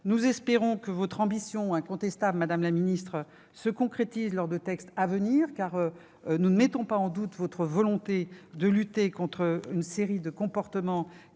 Nous espérons que votre ambition incontestable, madame la secrétaire d'État, se concrétisera lors de textes à venir. Nous ne mettons pas en doute votre volonté de lutter contre des comportements